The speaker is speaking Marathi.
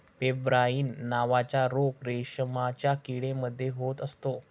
पेब्राइन नावाचा रोग रेशमाच्या किडे मध्ये होत असतो